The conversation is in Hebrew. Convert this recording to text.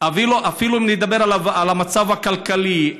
אפילו אם נדבר על המצב הכלכלי,